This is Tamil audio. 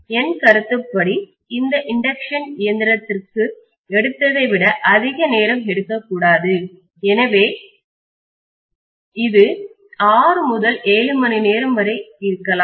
என் கருத்துப்படி இது இண்டக்ஷன் இயந்திரத்திற்கு எடுத்ததை விட அதிக நேரம் எடுக்கக்கூடாது எனவே இது 6 முதல் 7 மணி நேரம் வரை இருக்கலாம்